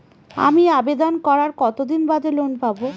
আমি আবেদন করার কতদিন বাদে লোন পাব?